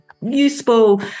useful